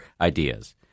ideas